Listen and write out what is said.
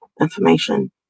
information